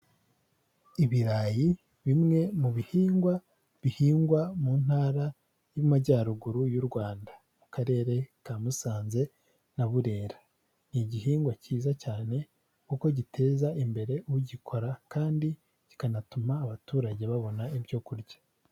Ibirayi bimwe mu bihingwa bihingwa mu ntara y'Amajyaruguru y'u Rwanda, mu Karere ka Musanze na Burera. Ni igihingwa cyiza cyane kuko giteza imbere ugikora kandi kikanatuma abaturage babona ibyo kurya.